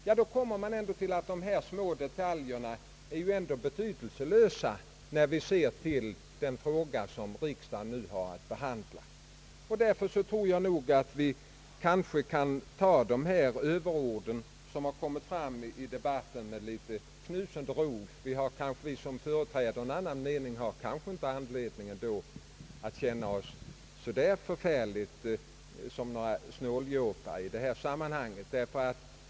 Vi har kommit till att dessa små detaljer ändå är betydelselösa. Därför tror jag nog att vi kan ta de överord som fällts i debatten med knusende ro. Vi som företräder en annan mening har kanske ändå inte anledning att känna oss som så förfärliga snåljåpar.